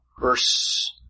verse